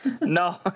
no